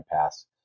Pass